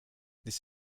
this